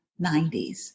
90s